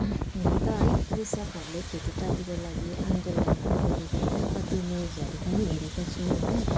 हुन त है कृषकहरले खेतीपातीको लागि आन्देलनहरू गरेको होइन कति न्युजहरू पनि हेरेको छु होइन